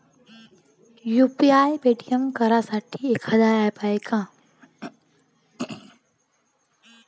UPI payment करासाठी एखांद app हाय का?